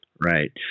right